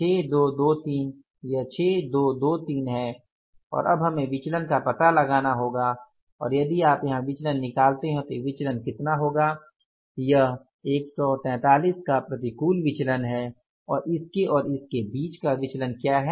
6223 यह 6223 है और अब हमें विचलन का पता लगाना होगा और यदि आप यहाँ विचलन निकलते हैं तो यह विचलन कितना होगा 143 का प्रतिकूल विचलन है और इसके और इसके बीच का विचलन क्या है